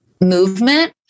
movement